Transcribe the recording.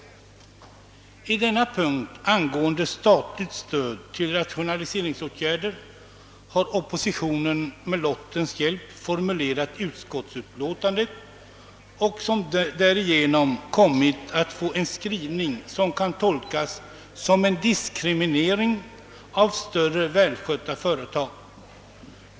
När det gäller detta statliga stöd till rationaliseringsåtgärder har oppositionen efter lottning formulerat utskottsutlåtandet och därvid gjort en skrivning som kan tolkas såsom en diskriminering av större välskötta företag.